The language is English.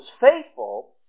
faithful